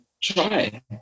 try